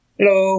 Hello